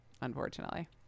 Unfortunately